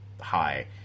high